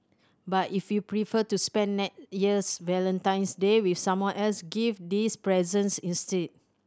but if you prefer to spend next year's Valentine's Day with someone else give these presents instead